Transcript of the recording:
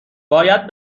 باید